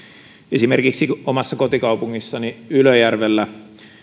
esimerkiksi omassa kotikaupungissani ylöjärvellä